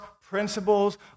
principles